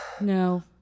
No